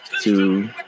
two